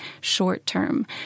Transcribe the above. short-term